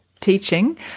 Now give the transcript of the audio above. teaching